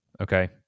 Okay